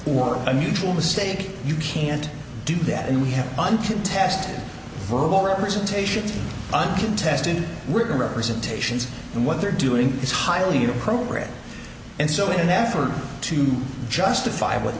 or a mutual mistake you can't do that and we have uncontested verbal representations uncontested we're going to presentations and what they're doing is highly inappropriate and so in an effort to justify what